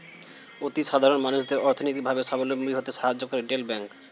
অতি সাধারণ মানুষদের অর্থনৈতিক ভাবে সাবলম্বী হতে সাহায্য করে রিটেল ব্যাংক